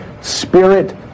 spirit